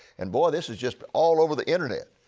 and boy, this is just all over the internet.